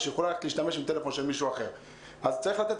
שהיא יכולה ללכת להשתמש בטלפון של מישהו אחר.